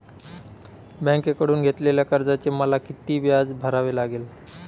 बँकेकडून घेतलेल्या कर्जाचे मला किती व्याज भरावे लागेल?